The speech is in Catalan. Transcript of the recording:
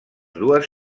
dues